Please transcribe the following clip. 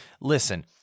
Listen